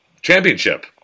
championship